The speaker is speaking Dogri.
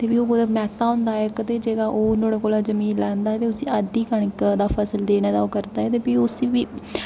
उत्थै बी मेह्त्ता होंदा ऐ ते जेह्ड़ा ओह् नुहाड़े कोला जमीन लेई लैंदा ते ओह् दी अद्धी फसल देने दा ओह् करदा ऐ फ्ही ओह् उसी बी